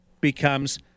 becomes